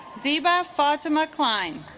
seba tautomer climb